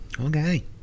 Okay